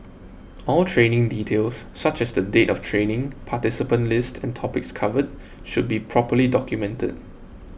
all training details such as the date of training participant list and topics covered should be properly documented